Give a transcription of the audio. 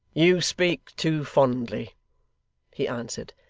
you speak too fondly he answered,